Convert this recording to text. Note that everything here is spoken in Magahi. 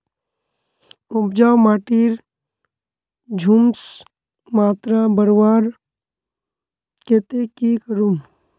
उपजाऊ माटिर ह्यूमस मात्रा बढ़वार केते की करूम?